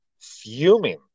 fuming